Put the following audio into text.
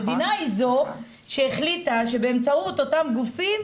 המדינה היא זו שהחליטה שבאמצעות אותם גופים